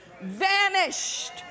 Vanished